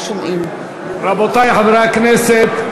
נגד רבותי חברי הכנסת,